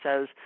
says